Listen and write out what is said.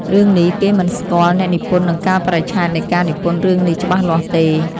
រឿងនេះ គេមិនស្គាល់អ្នកនិពន្ធនិងកាលបរិច្ឆេទនៃការនិពន្ធរឿងនេះច្បាស់លាស់ទេ